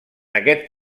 aquest